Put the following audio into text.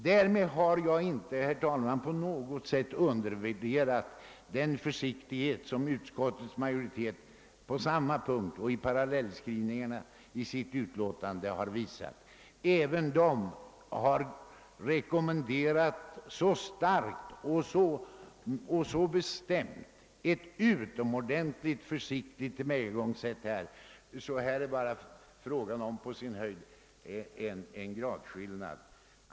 Därmed har jag, herr talman, inte på något sätt velat undervärdera den försiktighet som utskottsmajoriteten har visat i sin parallellskrivning; även den har rekommenderat ett så utomordentligt försiktigt tillvägagångssätt, att det är en gradskillnad mellan utskottsutlåtandet och reservationen.